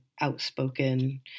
outspoken